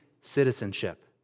citizenship